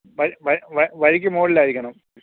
വഴി വഴിക്ക് മോളിലായിരിക്കണം